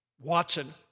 Watson